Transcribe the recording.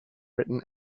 written